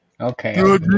Okay